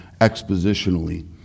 expositionally